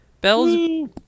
Bell's